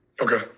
Okay